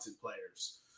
players